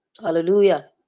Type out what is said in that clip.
Hallelujah